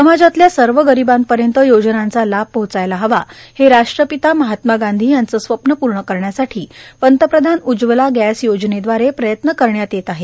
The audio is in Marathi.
समाजातल्या सर्व गरीबापर्यंत योजनांचा लाभ पोहोचायला हवा हे राष्ट्रपिता महात्मा गांधी यांचे स्वप्न पूर्ण करण्यासाठी पंतप्रधान उज्वला गॅस योजनेदवारे प्रयत्न करण्यात येत आहेत